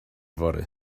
fory